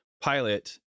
pilot